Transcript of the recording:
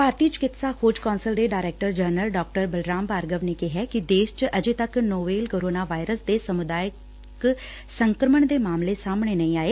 ਭਾਰਤੀ ਚਿਕਿਤਸਾ ਖੋਜ ਕੌਂਸਲ ਦੇ director general doctor Balram Bhargava ਨੇ ਕਿਹੈ ਕਿ ਦੇਸ਼ ਚ ਅਜੇ ਤੱਕ ਨੋਵੇਲ ਕੋਰੋਨਾ ਵਾਇਰਸ ਦੇ ਸਮੁਦਾਇਕ ਸੰਕੂਮਣ ਦੇ ਮਾਮਲੇ ਸਾਹਮਣੇ ਨਹੀਂ ਆਏ